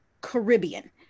Caribbean